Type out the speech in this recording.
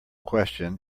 question